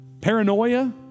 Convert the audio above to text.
paranoia